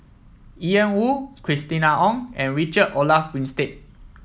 Ian Woo Christina Ong and Richard Olaf Winstedt